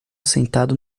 sentado